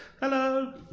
hello